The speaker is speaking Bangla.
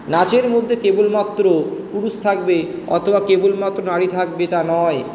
নাচের মধ্যে কেবলমাত্র পুরুষ থাকবে অথবা কেবলমাত্র নারী থাকবে তা নয়